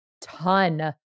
ton